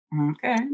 Okay